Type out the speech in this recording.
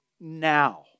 now